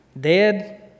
dead